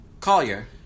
Collier